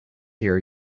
here